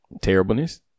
Terribleness